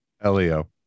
Elio